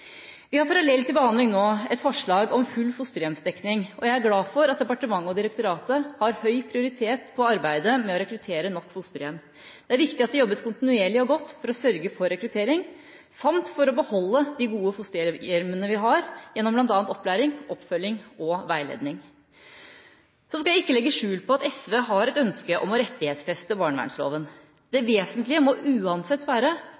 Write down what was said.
Vi har parallelt til behandling nå et forslag om full fosterhjemsdekning, og jeg er glad for at departementet og direktoratet har gitt arbeidet med å rekruttere nok fosterhjem høy prioritet. Det er viktig at det jobbes kontinuerlig og godt for å sørge for rekruttering samt for å beholde de gode fosterhjemmene vi har, gjennom bl.a. opplæring, oppfølging og veiledning. Så skal jeg ikke legge skjul på at SV har et ønske om å rettighetsfeste barnevernsloven. Det vesentlige må uansett være